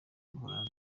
buholandi